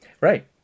Right